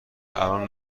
الان